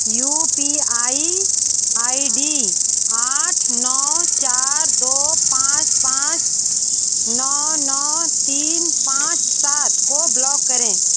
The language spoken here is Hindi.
you P I I D आठ नौ चार दो पाँच पाँच नौ नौ तीन पाँच सात को ब्लॉक करें